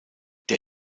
der